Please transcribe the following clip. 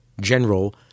General